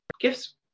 gifts